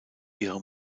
ihre